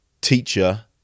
teacher